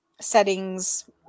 settings